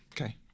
Okay